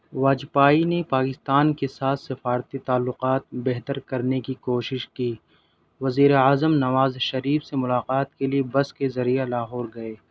واجپائی نے پاکستان کے ساتھ سفارتی تعلقات بہتر کرنے کی کوشش کی وزیراعظم نواز شریف سے ملاقات کے لیے بس کے ذریعہ لاہور گئے